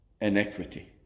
Inequity